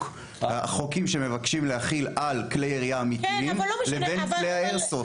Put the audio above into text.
- החוקים שמבקשים להחיל על כלי ירייה אמיתיים לבין כלי האיירסופט.